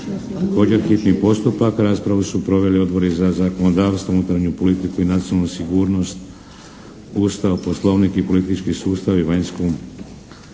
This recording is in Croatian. čitanje, P.Z. br. 540; Raspravu su proveli Odbori za zakonodavstvo, unutarnju politiku i nacionalnu sigurnost, Ustav, Poslovnik i politički sustav i vanjsku